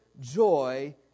joy